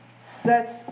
sets